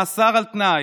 מאסר על תנאי.